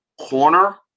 Corner